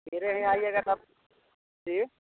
मेरे यहाँ आइएगा सब जी